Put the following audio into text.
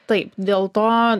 taip dėl to